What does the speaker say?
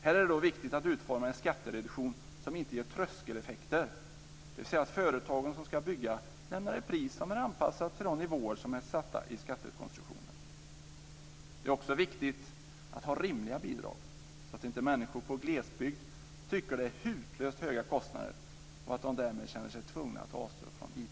Här är det då viktigt att utforma en skattereduktion som inte ger tröskeleffekter, dvs. att de företag som ska bygga lämnar ett pris som är anpassat till de nivåer som är satta i skattekonstruktionen. Det är också viktigt att ha rimliga bidrag så att inte människor i glesbygd tycker det är hutlöst höga kostnader och därmed känner sig tvungna att avstå från IT.